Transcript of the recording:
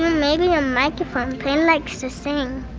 maybe a microphone, payton likes to sing.